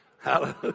Hallelujah